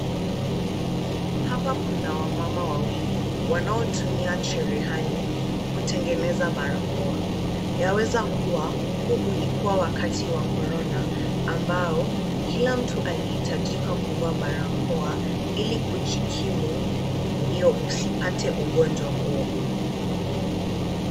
Hapa kuna wamama wawili wanaotumia cherehani kutengeneza barakoa. Yaweza kuwa huu ulikua wakati wa Corona ambao kila mtu alihitajika kuvaa barakoa ili kujikimu ndio usipate ugonjwa huo.